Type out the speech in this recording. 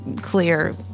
clear